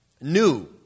new